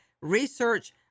research